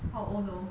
how old though